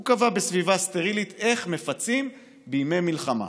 הוא קבע בסביבה סטרילית איך מפצים בימי מלחמה